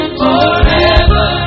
forever